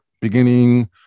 beginning